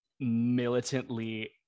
militantly